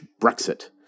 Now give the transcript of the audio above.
Brexit